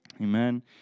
Amen